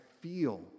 feel